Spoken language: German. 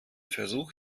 versuch